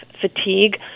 fatigue